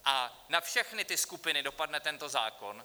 A na všechny ty skupiny dopadne tento zákon.